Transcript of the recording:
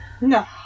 No